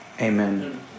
Amen